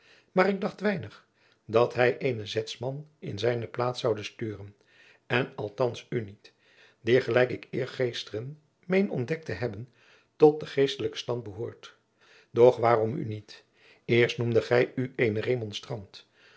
maar ik dacht weinig dat hij eenen zetsman in zijne plaats zoude sturen en althands u niet die gelijk ik eergisteren meen ontdekt te hebben tot den geestelijken stand behoort doch waarom u niet eerst noemdet gij